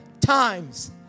times